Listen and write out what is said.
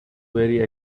very